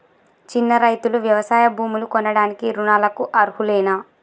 చిన్న రైతులు వ్యవసాయ భూములు కొనడానికి రుణాలకు అర్హులేనా?